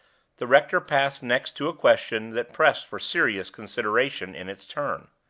the rector passed next to a question that pressed for serious consideration in its turn.